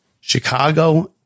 Chicago